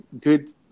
good –